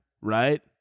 right